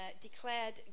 declared